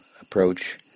approach